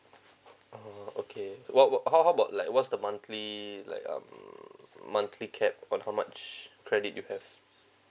ah okay what what how how about like what's the monthly like um monthly cap on how much credit you have